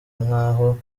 nk’aho